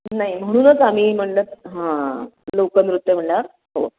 नाही म्हणूनच आम्ही म्हटलं हां लोकनृत्यला हो